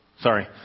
Sorry